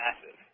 massive